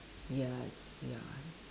ya it's ya